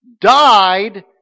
died